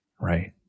Right